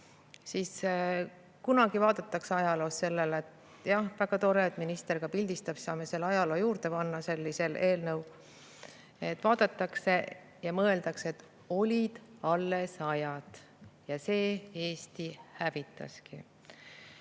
–, kunagi vaadatakse ajaloos sellele … Jah, väga tore, et minister ka pildistab, saame selle ajaloo juurde panna, sellise eelnõu. Kunagi vaadatakse ja mõeldakse, et olid alles ajad ja see Eesti hävitaski.